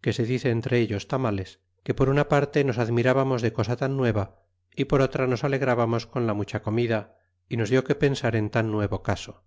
que se dice entre ellos tamales que por una parte nos admirábamos de cosa tan nueva y por otra nos alegrábamos con la mucha comida y nos die que pensar en tan nuevo caso